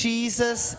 Jesus